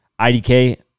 IDK